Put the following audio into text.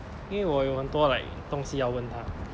因为我有很多 like 东西要问她